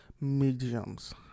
mediums